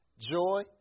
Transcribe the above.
joy